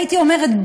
הייתי אומרת,